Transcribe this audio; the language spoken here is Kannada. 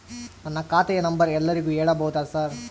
ನನ್ನ ಖಾತೆಯ ನಂಬರ್ ಎಲ್ಲರಿಗೂ ಹೇಳಬಹುದಾ ಸರ್?